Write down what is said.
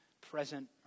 present